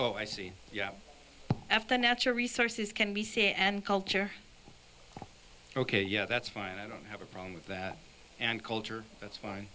oh i see you have after natural resources can be and culture ok yeah that's fine i don't have a problem with that and culture that's fine